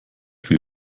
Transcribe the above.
viel